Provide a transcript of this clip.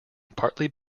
partly